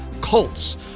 Cults